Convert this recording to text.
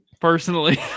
personally